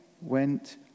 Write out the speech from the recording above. went